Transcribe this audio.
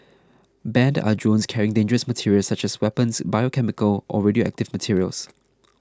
banned are drones carrying dangerous materials such as weapons or biochemical or radioactive materials